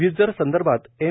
वीजदर संदर्भात एम